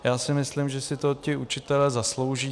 Já si myslím, že si to ti učitelé zaslouží.